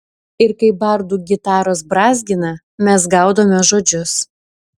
ir kai bardų gitaros brązgina mes gaudome žodžius